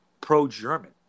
pro-German